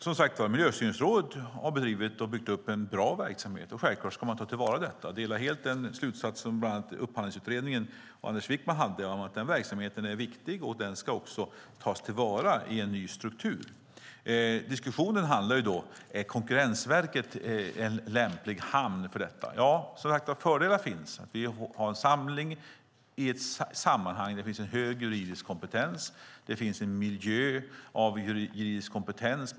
Herr talman! Miljöstyrningsrådet har bedrivit och byggt upp en bra verksamhet. Självklart ska man ta till vara detta. Jag delar helt den slutsats som bland andra Upphandlingsutredningen och Anders Wijkman hade om att denna verksamhet är viktig och ska tas till vara i en ny struktur. Diskussionen handlar om huruvida Konkurrensverket är lämpat för detta. Fördelar finns, som sagt. Vi får en samling i ett sammanhang där det finns en stor juridisk kompetens. Det finns en miljö av juridisk kompetens.